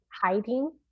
hiding